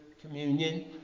communion